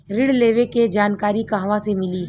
ऋण लेवे के जानकारी कहवा से मिली?